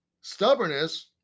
Stubbornness